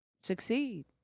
succeed